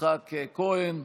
יצחק כהן.